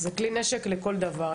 זה כלי נשק לכל דבר.